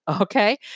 Okay